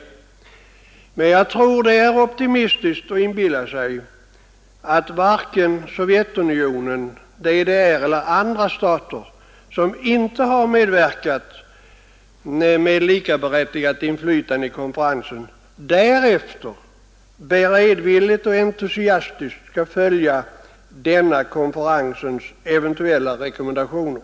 Jag tror det är för optimistiskt att inbilla sig att Sovjetunionen, DDR eller andra stater, som inte har medverkat med likaberättigat inflytande i konferensen, därefter beredvilligt och entusiastiskt skall följa konferensens eventuella rekommendationer.